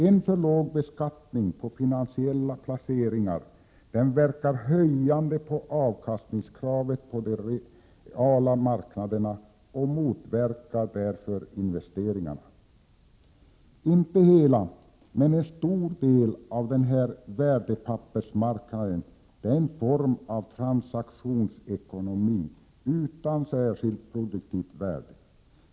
En för låg beskattning på finansiella placeringar verkar höjande på avkastningskravet på de reala marknaderna och motverkar därför investeringar. Inte hela, men en stor del av den här värdepappersmarknaden är en form av transaktionsekonomi, utan särskilt produktivt värde.